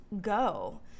go